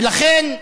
ולכן,